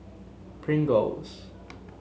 Pringles